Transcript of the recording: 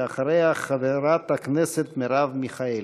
אחריה, חברת הכנסת מרב מיכאלי.